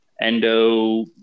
Endo